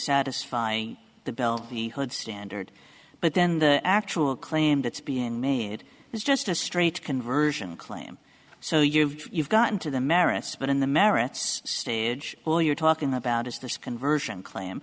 satisfy the bill the hood standard but then the actual claim that's being made is just a straight conversion claim so you've you've got into the merits but in the merits stage all you're talking about is this conversion cla